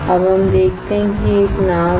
अब हम देखते हैं कि एक नाव है